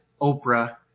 Oprah